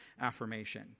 affirmation